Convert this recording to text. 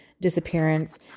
disappearance